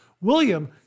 William